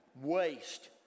waste